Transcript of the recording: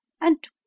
And